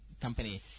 company